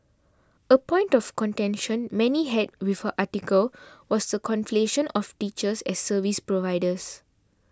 a point of contention many had with her article was the conflation of teachers as service providers